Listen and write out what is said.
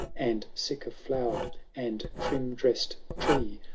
and, sick of flower and trim-drees d tree.